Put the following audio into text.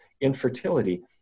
infertility